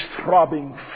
throbbing